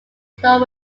store